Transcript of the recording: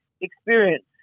experience